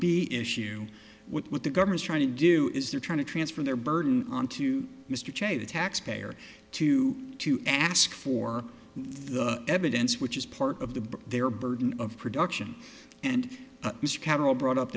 b issue with what the government's trying to do is they're trying to transfer their burden onto mr cheney the taxpayer to to ask for evidence which is part of the their burden of production and carol brought up